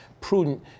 prudent